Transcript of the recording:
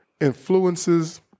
influences